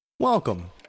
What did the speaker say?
Welcome